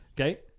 Okay